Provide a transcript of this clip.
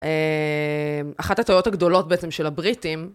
אחת הטעויות הגדולות בעצם של הבריטים.